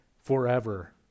forever